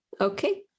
Okay